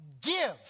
give